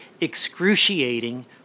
excruciating